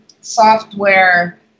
software